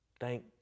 Thank